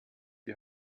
die